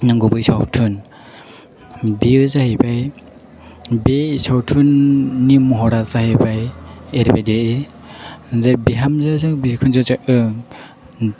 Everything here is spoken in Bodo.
नंगुबै सावथुन बेयो जाहैबाय बे सावथुननि महरा जाहैबाय एरैबायदि जे बिहामजोजों बिखुनजोजों